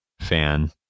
fan